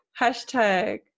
Hashtag